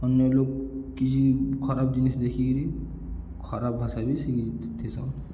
ଅନ୍ୟ ଲୋକ କିଛି ଖରାପ ଜିନିଷ୍ ଦେଖିକିରି ଖରାପ ଭାଷା ବି ସେ ଶିଖିଥିସନ୍